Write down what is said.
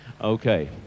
Okay